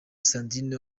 sandrine